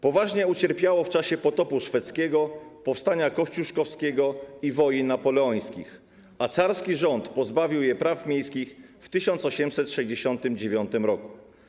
Poważnie ucierpiało w czasie potopu szwedzkiego, powstania kościuszkowskiego i wojen napoleońskich, a carski rząd pozbawił je praw miejskich w 1869 r.